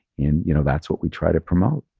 and you know that's what we try to promote.